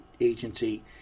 agency